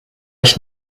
ich